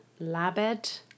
Labed